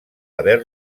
haver